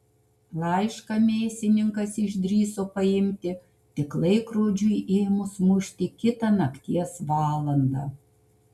laišką mėsininkas išdrįso paimti tik laikrodžiui ėmus mušti kitą nakties valandą